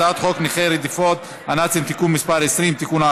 הצעת חוק נכי רדיפות הנאצים (תיקון מס' 20) (תיקון,